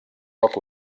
poc